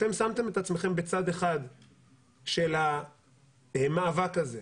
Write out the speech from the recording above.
אתם שמתם את עצמכם בצד אחד של המאבק הזה.